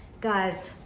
guys,